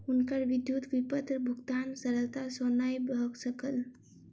हुनकर विद्युत विपत्र भुगतान सरलता सॅ नै भ सकल